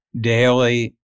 daily